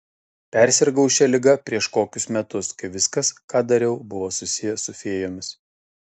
persirgau šia liga prieš kokius metus kai viskas ką dariau buvo susiję su fėjomis